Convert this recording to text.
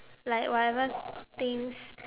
like whatever things